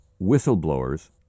whistleblowers